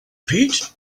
pete